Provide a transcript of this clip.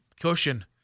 Cushion